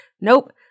Nope